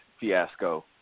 fiasco